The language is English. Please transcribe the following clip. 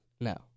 No